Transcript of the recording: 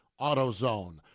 AutoZone